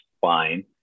fine